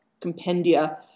compendia